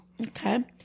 Okay